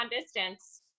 distance